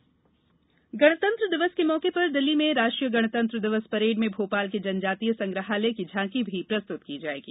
गणतंत्र झांकी गणतंत्र दिवस के मौके पर दिल्ली में राष्ट्रीय गणतंत्र दिवस परेड में भोपाल के जनजातीय संग्रहालय की झांकी भी प्रस्तुत की जायेगी